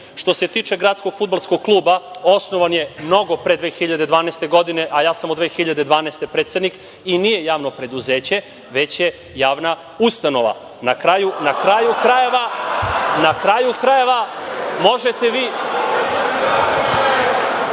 Što se tiče gradskog fudbalskog kluba, osnovan je mnogo pre 2012. godine, a ja sam od 2012. godine predsednik i nije javno preduzeće, već je javna ustanova. Na kraju krajeva, možete vi